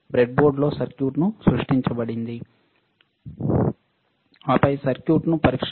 బ్రెడ్బోర్డ్లో సర్క్యూట్ను సృష్టించండి ఆపై సర్క్యూట్ను పరీక్షించండి